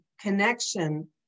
connection